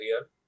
real